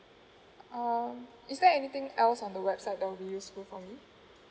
um is there anything else on the website that will be useful for me